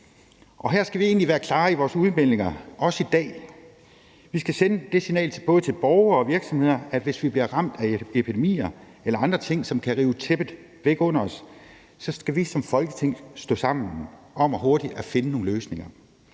Her skal vi egentlig være klare i vores udmeldinger, også i dag. Vi skal sende det signal til både borgere og virksomheder, at hvis vi blev ramt af epidemier eller andre ting, som kan rive tæppet væk under os, skal vi som Folketing stå sammen om hurtigt at finde nogle løsninger.